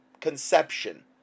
conception